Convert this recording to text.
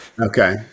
Okay